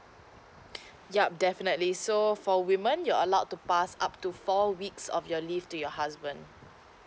yup definitely so for women you're allowed to pass up to four weeks of your leave to your husband